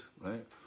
right